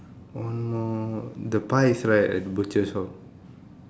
one more the pie is right at the butcher store